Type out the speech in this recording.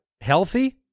healthy